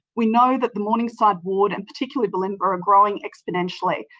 we know that the morningside ward and particularly bulimba are ah growing exponentially.